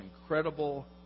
incredible